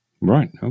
Right